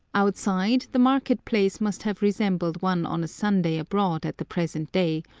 outside, the market-place must have resembled one on a sunday abroad at the present day,